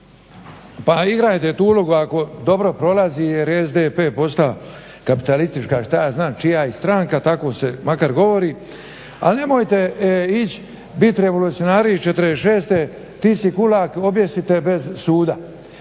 pa igrajte tu ulogu ako dobro prolazi jer je SDP postao kapitalistička što ja znam čija stranka, tako se makar govori, ali nemojte biti revolucionari iz '46.ti si kulak objesite bez suda.